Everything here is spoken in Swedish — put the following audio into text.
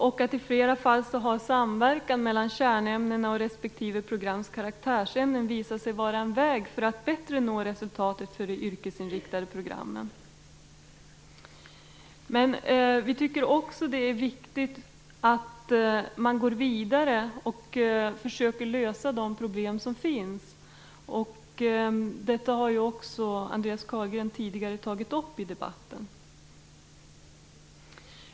I flera fall har samverkan mellan kärnämnena och respektive programs karaktärsämnen visat sig vara en väg för att nå bättre resultat på de yrkesinriktade programmen. Vi tycker också att det är viktigt att gå vidare och lösa de problem som finns. Detta har Andreas Carlgren också tagit upp tidigare i debatten.